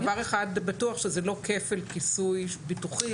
אבל דבר אחד בטוח שזה לא כפל כיסוי ביטוחי.